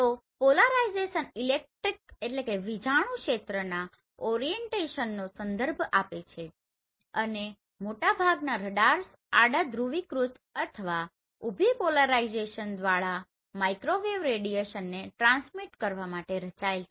તો પોલારાઇઝેશન ઇલેક્ટ્રિકelectricવિજાણું ક્ષેત્રના ઓરિએન્ટેશનનો સંદર્ભ આપે છે અને મોટાભાગના રડાર્સ આડા ધ્રુવીકૃત અથવા ઉભી પોલારાઇઝેશન વાળા માઇક્રોવેવ રેડીએશનને ટ્રાન્સ્મીટ કરવા માટે રચાયેલ છે